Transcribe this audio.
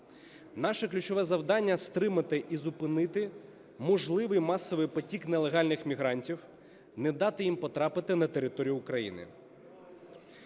Наше ключове завдання – стримати і зупинити можливий масовий потік нелегальних мігрантів, не дати їм потрапити на територію України.